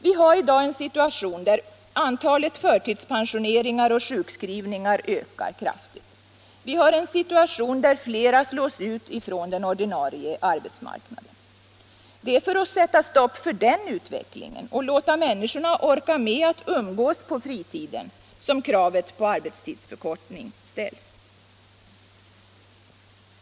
Vi har i dag en situation där antalet förtidspensioneringar och sjukskrivningar ökar kraftigt. Vi har en situation där flera slås ut från den ordinarie arbetsmarknaden. Det är för att sätta stopp för denna utveckling och låta människorna orka med att umgås på fritiden som kravet på arbetstidsförkortning ställs.